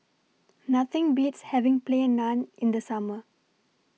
Nothing Beats having Plain Naan in The Summer